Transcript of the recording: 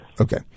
Okay